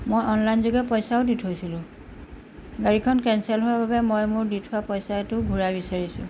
মই অনলাইন যোগে পইচাও দি থৈছিলোঁ গাড়ীখন কেনচেল হোৱাৰ বাবে মই মোৰ দি থোৱা পইচাটো ঘূৰাই বিচাৰিছোঁ